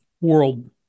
world